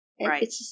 Right